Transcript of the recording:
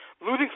losing